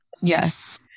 Yes